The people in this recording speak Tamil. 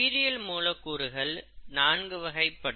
உயிரியல் மூலக்கூறுகள் நான்கு வகைப்படும்